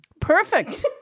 Perfect